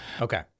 Okay